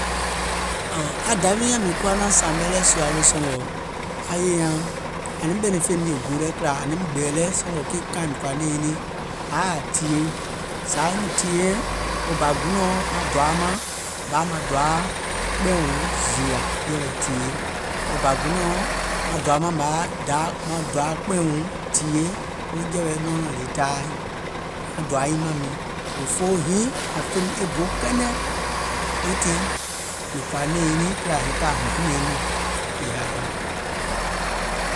Aŋ dȧwi nyȧŋ mìŋ kuwa naȧŋ sȧȧmɛ lɛɛ̀ sùȧ lɛ wèè sɔ̀ŋgɔ̀ ȧŋ yè nyaŋ àŋ naim ɓɛ̀nɛ̀ŋ fè mìè go lɛ̀ kìlȧ ȧn naim gbɛ̀ɛ̀ lɛ sɔ̀ngɔ̀ keì kaaìŋ mìŋ kɔ̀ȧ nɛ̀ɛ̀ŋ nyiŋ niìŋ ȧŋ yaȧ ȧŋ tìyèe, zȧ anyùùŋ tìyèe nyɛɛ̀ŋ wo bȧ guùnɔ̀ɔŋ maŋ doauŋ mȧŋ mȧŋ yaȧ maŋ doa kpɛ̀ɛ̀ùŋ zììyà jɛ̀wɛ̀ tìyèe, wo bȧ guùnɔ̀ɔŋ maŋ doauŋ mȧŋ mȧŋ yaȧ daȧ maŋ doa kpɛ̀ɛ̀ùŋ tìyèe ko jɛ̀wɛ̀ nɔɔnɔŋ le taai, maŋ doa nyiŋ mȧŋ miiŋ òfoo hiiŋ ȧŋ fèìm e go kɛnɛ weètii mìŋ kɔ̀ȧ nɛ̀ɛ̀ŋ nyiŋ niìŋ kìlȧ hiiŋ pɛɛ hnȧŋ nɛ̀ɛ̀ŋ miìŋ yɛ̀ì ȧŋ yaȧ.